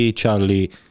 Charlie